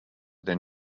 than